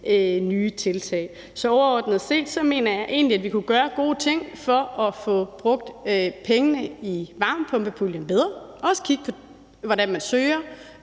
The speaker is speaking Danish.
nye tiltag. Så overordnet set mener jeg egentlig, at vi kunne gøre gode ting for at få brugt pengene i varmepumpepuljen bedre og også kigge på, hvordan man søger